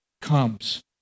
comes